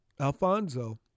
Alfonso